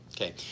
Okay